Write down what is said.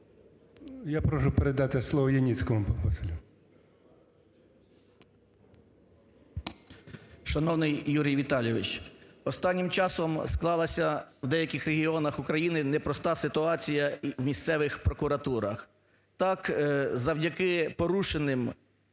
Я прошу передати слово Яніцькому Василю. 13:43:29 ЯНІЦЬКИЙ В.П. Шановний Юрій Віталійович, останнім часом склалася в деяких регіонах України непроста ситуація в місцевих прокуратурах. Так завдяки порушеним